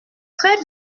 très